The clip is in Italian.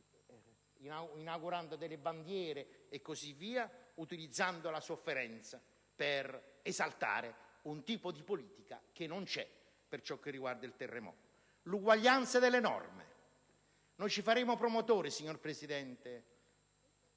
issando bandiere, utilizzando la sofferenza per esaltare una politica che non c'è per quanto riguarda il terremoto. L'uguaglianza è nelle norme. Noi ci faremo promotori, signor Presidente